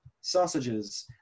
sausages